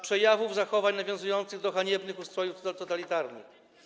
przejawów zachowań nawiązujących do haniebnych ustrojów totalitarnych.